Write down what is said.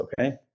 okay